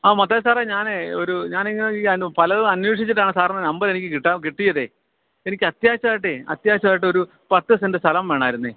ആ മത്തായി സാറേ ഞാന് ഒരു ഞാനിങ്ങനെ ഈ പലതും അന്വേഷിച്ചിട്ടാണ് സാറിൻ്റെ നമ്പറെനിക്ക് കിട്ടാന് കിട്ടിയത് എനിക്ക് അത്യാവശ്യമായിട്ട് അത്യാവശ്യമായിട്ടൊരു പത്ത് സെൻ്റ് സ്ഥലം വേണമായിരുന്നു